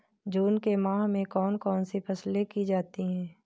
जून के माह में कौन कौन सी फसलें की जाती हैं?